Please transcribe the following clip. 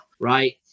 right